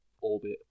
orbit